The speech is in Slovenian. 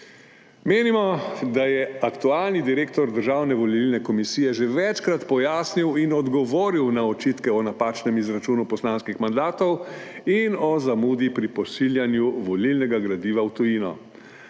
Menimo, da je aktualni direktor Državne volilne komisije že večkrat pojasnil in odgovoril na očitke o napačnem izračunu poslanskih mandatov in o zamudi pri pošiljanju volilnega gradiva v tujino,